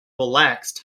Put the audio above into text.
relaxed